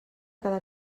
cada